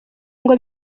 ngo